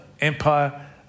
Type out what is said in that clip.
empire